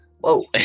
Whoa